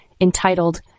entitled